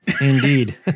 Indeed